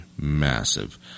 massive